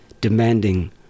demanding